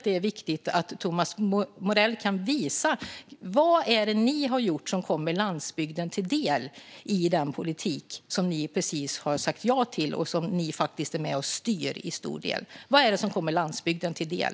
Det är viktigt att Thomas Morell kan visa: Vad är det ni har gjort som kommer landsbygden till del i den politik som ni precis har sagt ja till och som ni till stor del är med och styr? Vad är det som kommer landsbygden till del?